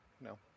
no